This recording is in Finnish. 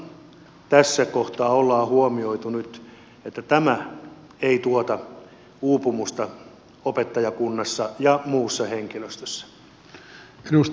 kuinka nyt tässä kohtaa on huomioitu että tämä ei tuota uupumusta opettajakunnassa ja muussa henkilöstössä